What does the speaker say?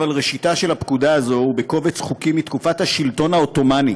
אבל ראשיתה של הפקודה הזאת בקובץ חוקים מתקופת השלטון העות'מאני,